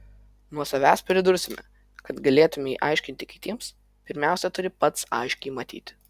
nuo savęs pridursime kad galėtumei aiškinti kitiems pirmiausia pats turi aiškiai matyti